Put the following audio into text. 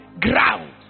Ground